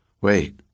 Wait